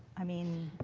i mean,